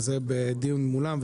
וזה בדיון מולם.